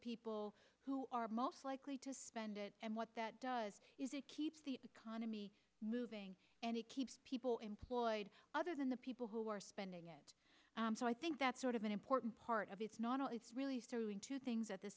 people who are most likely to spend it and what that does is it keeps the economy moving and it keeps people employed other than the people who are spending it so i think that's sort of an important part of it's not all it's really serving two things at the